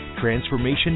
Transformation